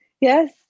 Yes